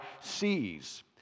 sees